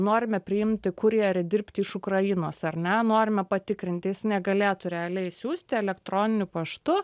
norime priimti kurjerį dirbti iš ukrainos ar ne norime patikrinti ar negalėtų realiai siųsti elektroniniu paštu